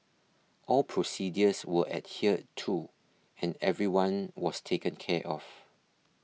all procedures were adhered to and everyone was taken care of